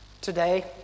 Today